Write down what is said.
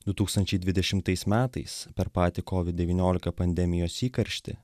du tūkstančiai dvidešimtais metais per patį kovid devyniolika pandemijos įkarštį